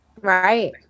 Right